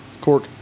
Cork